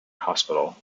hospital